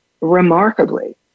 remarkably